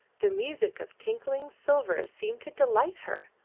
the music of tinkling silver seemed to delight her,